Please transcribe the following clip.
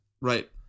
Right